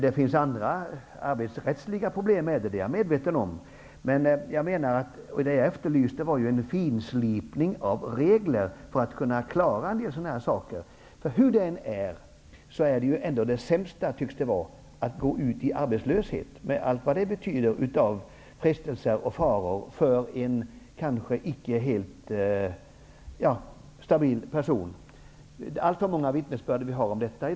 Det finns i sammanhanget arbetsrättsliga problem; det är jag medveten om. Vad jag efterlyste var en finslipning av reglerna för att kunna klara sådana här saker. Hur det än är tycks ändå det sämsta vara att gå ut i arbetslöshet med allt vad det betyder av frestelser och faror för en kanske inte helt stabil person. Det finns i dag alltför många vittnesbörd om detta.